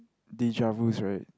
deja-vus right